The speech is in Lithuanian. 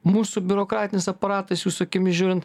mūsų biurokratinis aparatas jūsų akimis žiūrint